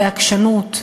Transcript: בעקשנות,